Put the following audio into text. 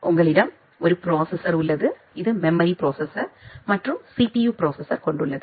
உங்களிடம் ஒரு ப்ரோசெசர் உள்ளது இது இது மெமரி ப்ரோசெசசோர் மற்றும் சிபியு ப்ரோசெசசோர் கொண்டுள்ளது